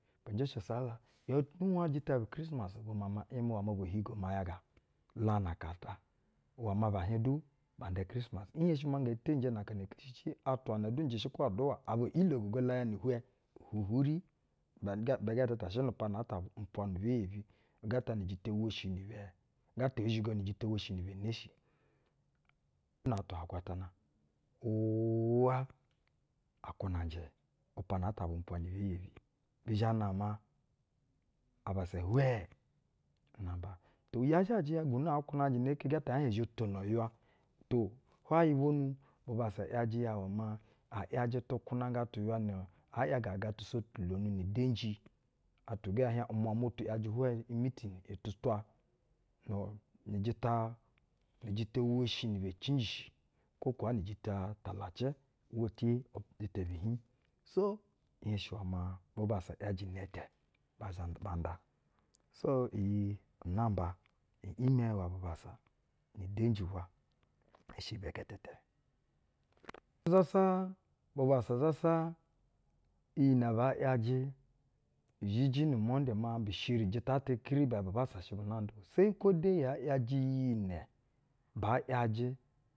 Bɛ njɛ shɛ usala o, aa ŋhinwa jita bi ikirismasi bu ma ‘imɛ iwɛ ma abo higo mayaga aka-ata. Iwɛ maa bɛ hieŋ du ban da ikrismasi. Nhenshi maa nge teyinje na akana keshici, atwa na du njɛ shɛ kwo aduwa, aba o’ilogogo la ya ni-ihwɛ, uhwari, ibɛ gefɛtɛ shɛ nu-upiana ata bu umpwa ni bɛ yebi, gɛtɛ ni jitɛ woshi ni bɛ, gɛtɛ oo shigo nu-ujita woshi ni be neshi na atwa-agwatana uwa akwu-nanjɛ upiana ata bu-umpwa ni bɛ yebi. Bi zhɛ namo, abassa hwɛɛ namba. To, yaa zhajɛ ya gunu aa kwunanjɛ inee-ike gɛtɛ ɛɛ hieŋ ɛ zhɛ tono ywa, to, hwayɛ bwonu bubassa ‘yajɛ ya iwɛ maa, a ‘yajɛ tu kwunanya tu-uywa na aa ‘yagaga tusotulonu nu-udenji. Atwa gaye ɛ hieŋ umwa mwa tu ‘yajɛ hwajɛ imitin tutwa nu, nu-ujita woshi ni bɛ cinjishi kwo kaa nu-ujita talacɛ uwa ci jita bi hiiŋ. Iwɛ ecilo ga, nhenshi iwɛ maa bubassa ‘yajɛ inɛ-ɛtɛ ba a nda. Iwɛ ecilo ata, iyi inamba i’imɛ iwɛ bubassa nu udenji ubwa i shɛ ibɛ gɛtɛtɛ. Nzasa, bubassa zasa iyi nɛ baa ‘yajɛ izhiji nu-umonde maa bi shiri-ujita ata kiri bɛ bubassa shɛ semi kwo de yaa ‘yajɛ iyi nɛ.